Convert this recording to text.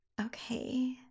Okay